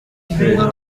prezida